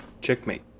checkmate